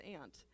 aunt